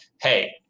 hey